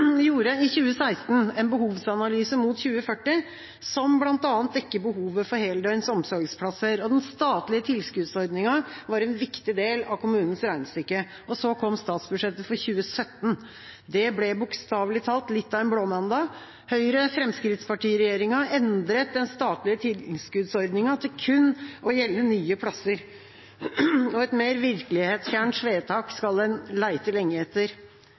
gjorde i 2016 en behovsanalyse mot 2040 som bl.a. dekker behovet for heldøgns omsorgsplasser, og den statlige tilskuddsordningen var en viktig del av kommunens regnestykke. Så kom statsbudsjettet for 2017. Det ble bokstavelig talt litt av en blåmandag. Høyre–Fremskrittsparti-regjeringa endret den statlige tilskuddsordningen til kun å gjelde nye plasser. Et mer virkelighetsfjernt vedtak skal en lete lenge etter.